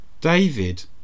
David